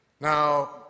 Now